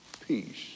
Peace